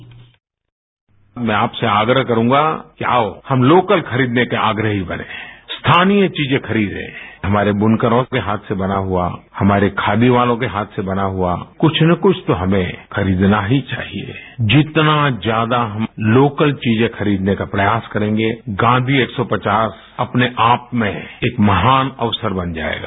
bite मैं आपसे आग्रह करूँगा कि आओ हम लोकल खरीदने के आग्रही बनें स्थानीय चीजें खरीदें हमारे बुनकरों के हाथ से बना हुआ हमारे खादी वालों के हाथ से बना हुआ कुछ न कुछ तो हमें खरीदना ही चाहिएद्य जितना ज्यादा हम लोकल चीजें खरीदने का प्रयास करेंगें गांधी एक सौ पचास अपने आप में एक महान अवसर बन जाएगा